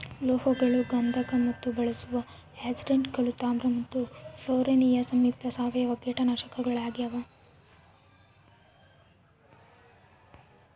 ಲೋಹಗಳು ಗಂಧಕ ಮತ್ತು ಬಳಸುವ ಆರ್ಸೆನೇಟ್ಗಳು ತಾಮ್ರ ಮತ್ತು ಫ್ಲೋರಿನ್ ಸಂಯುಕ್ತ ಸಾವಯವ ಕೀಟನಾಶಕಗಳಾಗ್ಯಾವ